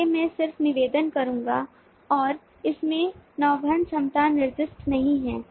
इसलिए मैं सिर्फ निवेदन करूंगा और इसमें नौवहन क्षमता निर्दिष्ट नहीं है